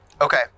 Okay